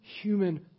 human